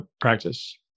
practice